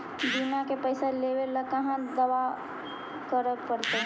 बिमा के पैसा लेबे ल कहा दावा करे पड़तै?